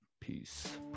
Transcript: Peace